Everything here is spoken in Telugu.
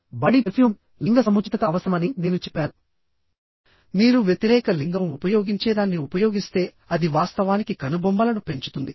బాడీ పెర్ఫ్యూమ్లింగ సముచితత అవసరమని నేను చెప్పాను మీరు వ్యతిరేక లింగం ఉపయోగించేదాన్ని ఉపయోగిస్తేఅది వాస్తవానికి కనుబొమ్మలను పెంచుతుంది